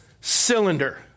cylinder